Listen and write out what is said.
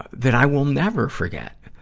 that i will never forget.